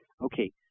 Okay